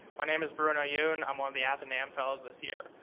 my name is bruno youn. i'm on the athenaeum fellows this year.